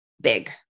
big